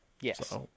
Yes